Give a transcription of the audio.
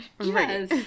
Yes